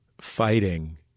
fighting